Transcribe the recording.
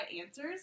answers